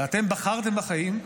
ואתם בחרתם בחיים.